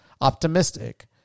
Optimistic